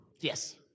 Yes